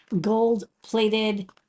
gold-plated